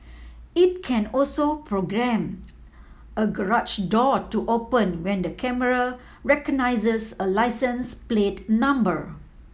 it can also programme a garage door to open when the camera recognises a license plate number